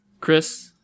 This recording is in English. Chris